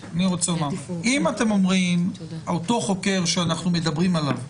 אם אתם אומרים שאותו חוקר שאנחנו מדברים עליו,